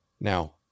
Now